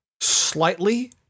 slightly